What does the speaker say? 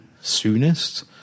soonest